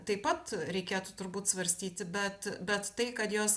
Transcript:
taip pat reikėtų turbūt svarstyti bet bet tai kad jos